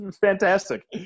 fantastic